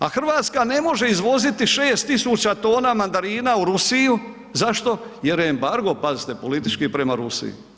A Hrvatska ne može izvoziti 6000 tona mandarina u Rusiju, zašto, jer je embargo, pazite, politički prema Rusiji.